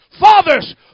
Fathers